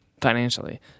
financially